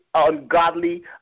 Ungodly